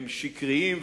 הם שקריים,